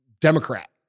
Democrat